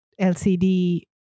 LCD